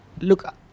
Look